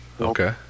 okay